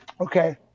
Okay